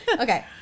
Okay